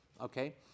Okay